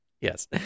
Yes